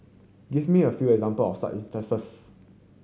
give me a few example of such instances